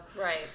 Right